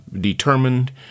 determined